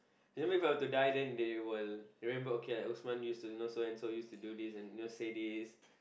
for example If I were to die then they will remember okay like Osman use to know so and so use to do this and you know say this